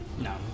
No